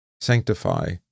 sanctify